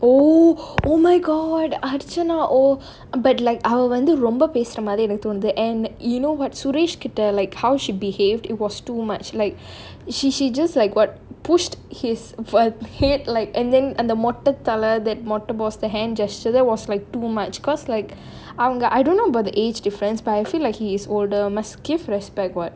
oh oh my god archana oh but like அவ வந்து ரொம்ப பேசுற மாரி எனக்கு தோணுது:ava vanthu romba pesura maari enakku thonuthu to the end you know what suresh கிட்ட:kitta like how she behaved it was too much like she she just like what pushed his foot head like and then அந்த மொட்ட தல:antha motta thala then மொட்ட:motta boss the hand gesture there was like too much because like I don't know about the age difference but I feel like he is older must give respect [what]